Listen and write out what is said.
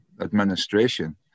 administration